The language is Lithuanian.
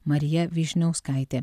marija vyšniauskaitė